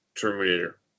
Terminator